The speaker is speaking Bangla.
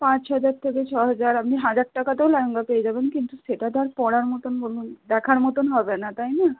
পাঁচ হাজার থেকে ছ হাজার আপনি হাজার টাকাতেও লেহেঙ্গা পেয়ে যাবেন কিন্তু সেটা তো আর পরার মতন দেখার মতন হবে না তাই না